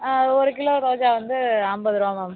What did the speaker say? ஒரு கிலோ ரோஜா வந்து ஐம்பது ருபா மேம்